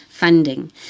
funding